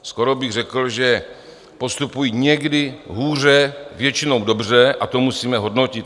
Skoro bych řekl, že postupují někdy hůře, většinou dobře, a to musíme hodnotit.